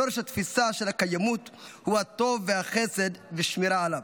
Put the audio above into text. שורש התפיסה של הקיימות הוא הטוב והחסד ושמירה עליו.